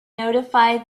notified